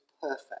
perfect